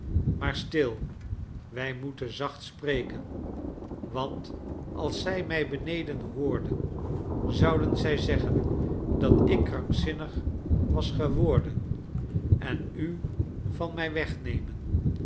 maar stil wij moeten zacht spreken want als zij mij beneden hoorden zouden zij zeggen dat ik krankzinnig was geworden en u van mij wegnemen